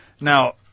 Now